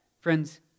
Friends